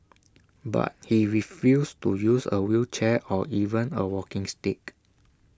but he refused to use A wheelchair or even A walking stick